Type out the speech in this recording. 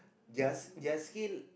they're they're skill